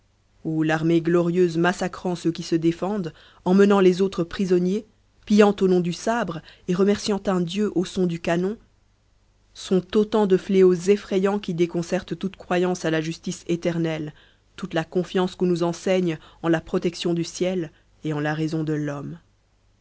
ou l'armée glorieuse massacrant ceux qui se défendent emmenant les autres prisonniers pillant au nom du sabre et remerciant un dieu au son du canon sont autant de fléaux effrayants qui déconcertent toute croyance à la justice éternelle toute la confiance qu'on nous enseigne en la protection du ciel et en la raison de l'homme